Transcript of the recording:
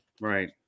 Right